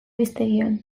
hiztegian